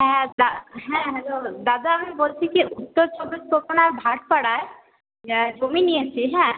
হ্যাঁ হ্যাঁ হ্যালো দাদা আমি বলছি কি উত্তর চব্বিশ পরগনার ভাটপাড়ায় জমি নিয়েছি হ্যাঁ